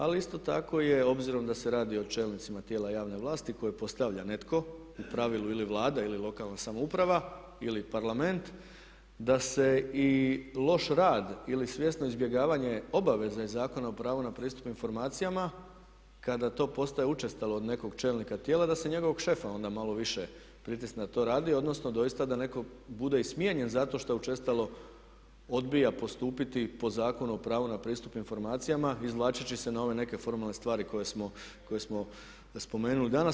Ali isto tako je, obzirom da se radi o čelnicima tijela javne vlasti koje postavlja netko, u pravilu ili Vlada ili lokalna samouprava ili Parlament, da se i loš rad ili svjesno izbjegavanje obaveze Zakona o pravu na pristup informacijama kada to postaje učestalo od nekog čelnika tijela da se njegovog šefa onda malo više pritisne da to radi odnosno doista da neko bude i smijenjen zato što učestalo odbija postupiti po Zakonu o pravu na pristup informacijama izvlačeći se na ove neke formalne stvari koje smo spomenuli danas.